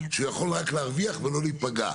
שהוא יכול רק להרוויח ולא להיפגע.